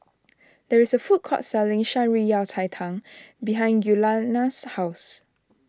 there is a food court selling Shan Rui Yao Cai Tang behind Giuliana's house